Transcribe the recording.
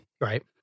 Right